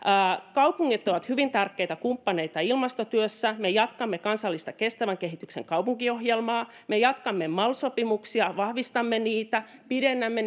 kaupungit ovat hyvin tärkeitä kumppaneita ilmastotyössä me jatkamme kansallista kestävän kehityksen kaupunkiohjelmaa me jatkamme mal sopimuksia vahvistamme niitä pidennämme